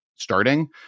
starting